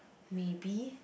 maybe